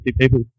people